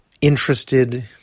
interested